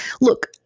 Look